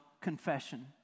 confession